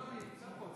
לא לא, אני נמצא פה.